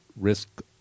risk